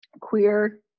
queer